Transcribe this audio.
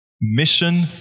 mission